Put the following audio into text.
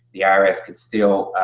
the irs could still